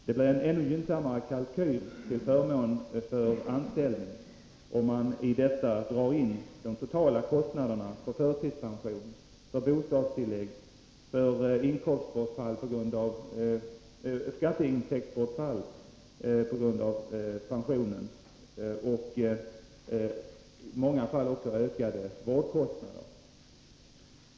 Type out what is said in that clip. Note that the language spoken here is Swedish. Det blir en ännu gynnsammare kalkyl, till förmån för anställning, om man i detta räknar in de totala kostnaderna för förtidspension, för bostadstillägg, för bortfall av skatteintäkt på grund av pension och i många fall också ökade vårdkostnader.